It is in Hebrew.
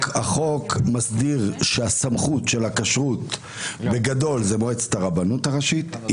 החוק קובע שסמכות הכשרות ניתנת בגדול על ידי מועצת הרבנות הראשית.